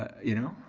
you know?